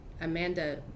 Amanda